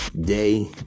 day